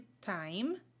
time